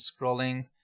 scrolling